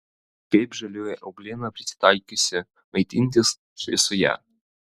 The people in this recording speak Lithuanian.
kaip žalioji euglena prisitaikiusi maitintis šviesoje